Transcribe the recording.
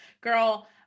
Girl